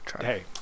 Hey